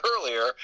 earlier